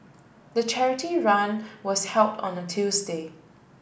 the charity run was held on a Tuesday